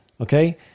okay